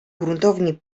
gruntownie